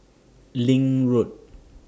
LINK Road